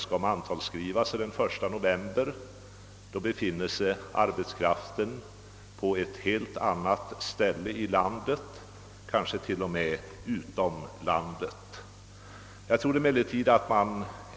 När mantalsskrivning sker den 1 november, befinner sig arbetskraften ofta på annat ställe i landet eller kanske t.o.m. utomlands.